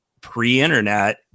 pre-internet